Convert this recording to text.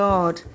God